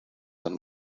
than